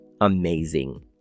amazing